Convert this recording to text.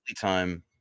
time